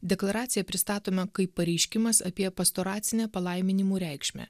deklaraciją pristatome kaip pareiškimas apie pastoracinę palaiminimų reikšmę